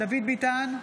דוד ביטן,